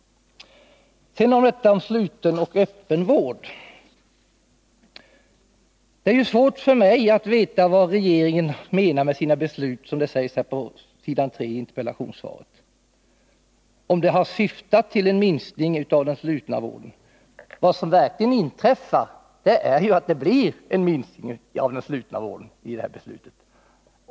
Sedan detta om sluten och öppen vård. Det är svårt för mig att veta vad regeringen menar med sina beslut, som det talas om i interpellationssvaret. Jag vet inte om de har syftat till en minskning av den slutna vården. Vad som verkligen inträffar är att det blir en minskning av den slutna vården.